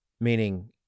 Meaning